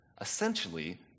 essentially